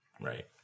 Right